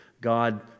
God